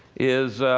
is